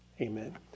Amen